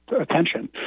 attention